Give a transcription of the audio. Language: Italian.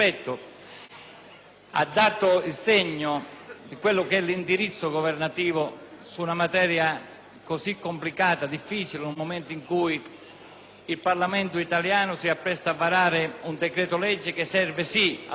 ha dato il segno dell'indirizzo governativo su una materia così complessa e difficile nel momento in cui il Parlamento italiano si appresta a varare un provvedimento che serve sì a salvaguardare